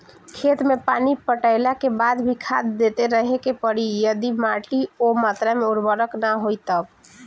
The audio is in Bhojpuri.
खेत मे पानी पटैला के बाद भी खाद देते रहे के पड़ी यदि माटी ओ मात्रा मे उर्वरक ना होई तब?